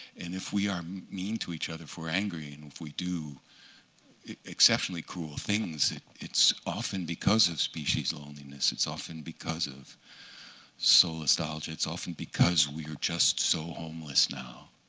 and if we are mean to each other, if we're angry, and if we do exceptionally cruel things, it's often because of species loneliness. it's often because of solastalgia. it's often because we are just so homeless now.